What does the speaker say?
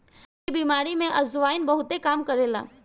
पेट के बेमारी में अजवाईन बहुते काम करेला